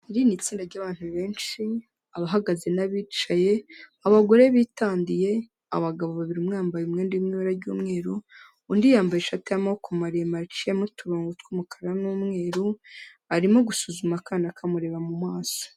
Iri ni itsinda ry'abantu benshi, abahagaze n'abicaye, abagore bitandiye, abagabo babiri, umwe wambaye umwenda uri mu ibara ry'umweru, undi yambaye ishati y'amaboko maremare iciyemo uturongo tw'umukara n'umweru, arimo gusuzuma akana kamureba mu maso.